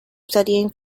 studying